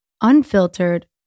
Unfiltered